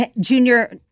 Junior